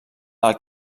del